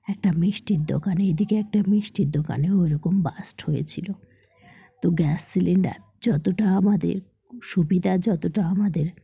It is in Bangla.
একটা মিষ্টির দোকানে এদিকে একটা মিষ্টির দোকানে ওইরকম ব্লাস্ট হয়েছিল তো গ্যাস সিলিন্ডার যতটা আমাদের সুবিধা যতটা আমাদের